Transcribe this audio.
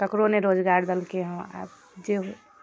ककरो नहि रोजगार दलकै हँ आब जे होइ